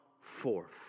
forth